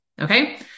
Okay